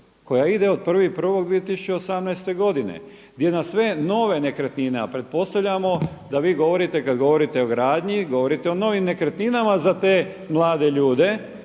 koja ide od 1.1.2018. godine gdje na sve nove nekretnine a pretpostavljamo da vi govorite, kada govorite o gradnji govorite o novim nekretninama za te mlade ljude